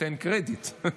תן קרדיט,